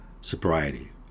sobriety